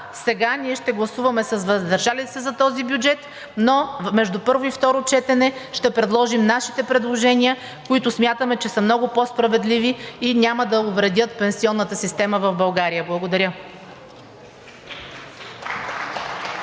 сега ние ще гласуваме с въздържал се за този бюджет, но между първо и второ четене ще внесем нашите предложения, които смятаме, че са много по-справедливи и няма да увредят пенсионната система в България. Благодаря.